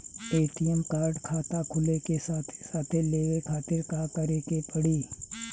ATM card खाता खुले के साथे साथ लेवे खातिर का करे के पड़ी?